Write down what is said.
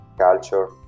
Culture